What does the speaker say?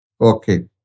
Okay